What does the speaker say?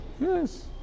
Yes